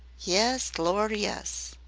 yes, lor', yes!